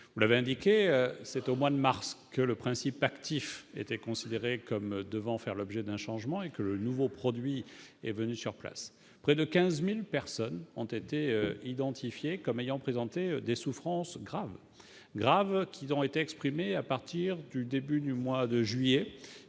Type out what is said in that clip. Vous l'avez indiqué, c'est au mois de mars dernier que le principe actif a été considéré comme devant faire l'objet d'un changement et que le nouveau produit a été proposé à la vente. Près de 15 000 personnes ont été identifiées comme ayant présenté des souffrances graves, lesquelles se sont exprimées à partir du début du mois de juillet,